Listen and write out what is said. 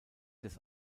des